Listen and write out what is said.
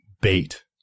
bait